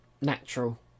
natural